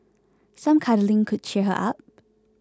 some cuddling could cheer her up